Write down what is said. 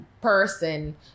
person